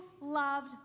loved